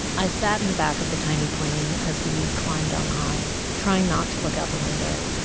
i sat in the back of the tiny plane as we climbed on high trying not to look out the window,